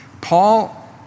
Paul